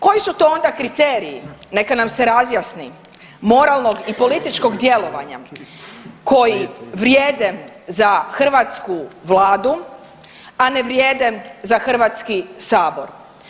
Koji su to onda kriteriji neka nam se razjasni moralnog i političkog djelovanja koji vrijede za hrvatsku Vladu, a ne vrijede za Hrvatski sabor.